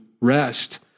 rest